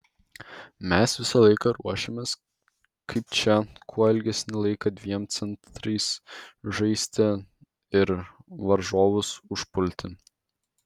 mes visą laiką ruošėmės kaip čia kuo ilgesnį laiką dviem centrais žaisti ir varžovus užpulti